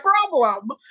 problem